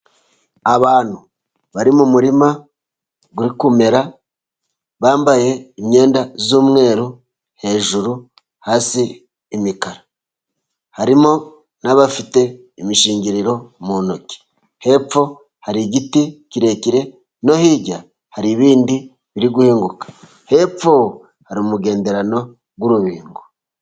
Abantu bari mu murima uri kumera bambaye imyenda y'umweru hejuru hasi imikara. Harimo n'abafite imishingiriro mu ntoki, hepfo hari igiti kirekire no hirya hari ibindi biri guhinguka. hepfo hari umugenderano w'urubingo.